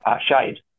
shade